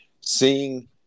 seeing